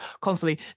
constantly